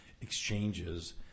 exchanges